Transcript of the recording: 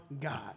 God